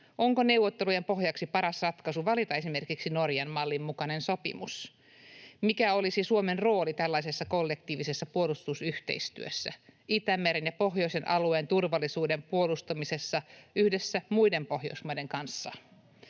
Onko neuvottelujen pohjaksi paras ratkaisu valita esimerkiksi Norjan mallin mukainen sopimus? Mikä olisi Suomen rooli tällaisessa kollektiivisessa puolustusyhteistyössä, Itämeren ja pohjoisen alueen turvallisuuden puolustamisessa yhdessä muiden Pohjoismaiden kanssa?